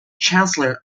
chancellor